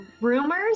rumors